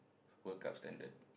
World-Cup standard